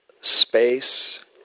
space